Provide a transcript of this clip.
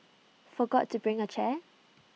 forgot to bring A chair